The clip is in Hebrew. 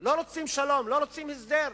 לא רוצים שלום, לא רוצים הסדר.